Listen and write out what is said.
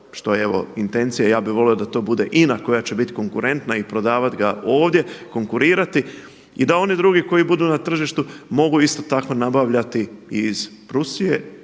što je evo intencija i ja bih volio da to bude INA koja će biti konkurentna i prodavati ga ovdje, konkurirati. I da oni drugi koji budu na tržištu mogu isto tako nabavljati i iz Rusije